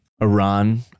Iran